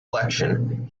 election